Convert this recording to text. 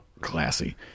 Classy